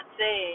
say